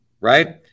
right